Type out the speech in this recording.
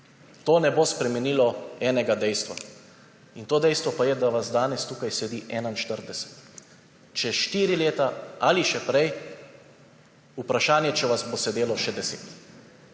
to ne bo spremenilo enega dejstva. To dejstvo pa je, da vas danes tukaj sedi 41, čez štiri leta ali še prej vprašanje, če vas bo sedelo še 10.